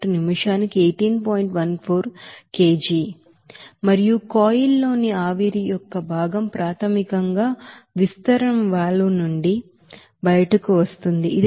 14kg లు మరియు coil లోని ఆవిరి యొక్క భాగం ప్రాథమికంగా విస్తరణ వాల్వ్ నుండి బయటకు వస్తోంది ఇది ప్రాథమికంగా 0